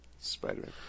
Spider-Man